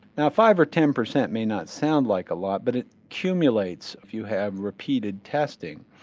now five or ten percent may not sound like a lot, but it cumulates if you have repeated testing.